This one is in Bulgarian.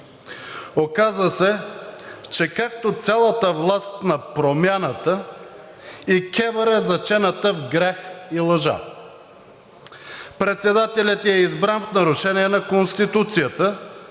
Оказа се, че както цялата власт на Промяната, и КЕВР е зачената в грях и лъжа. Председателят ѝ е избран в нарушение на Конституцията,